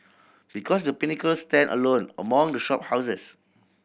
because The Pinnacle stand alone among the shop houses